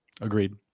Agreed